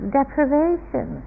deprivation